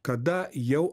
kada jau